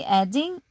adding